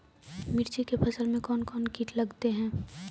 मिर्ची के फसल मे कौन कौन कीट लगते हैं?